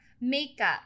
makeup